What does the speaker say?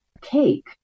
Cake